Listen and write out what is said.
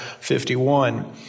51